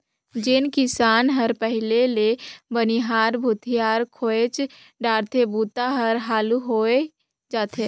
जेन किसान हर पहिले ले बनिहार भूथियार खोएज डारथे बूता हर हालू होवय जाथे